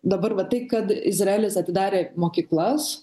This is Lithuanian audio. dabar va tai kad izraelis atidarė mokyklas